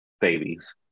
babies